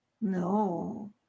no